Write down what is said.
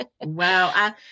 Wow